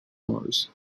mars